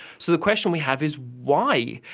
so the question we have is why.